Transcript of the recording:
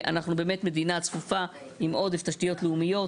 ואנחנו באמת מדינה צפופה עם עודף תשתיות לאומיות,